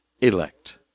elect